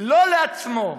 לא לעצמו,